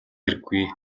хэрэггүй